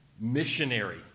missionary